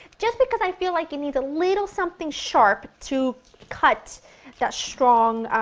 just because i feel like it needs a little something sharp to cut that strong,